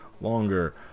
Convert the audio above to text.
longer